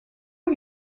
are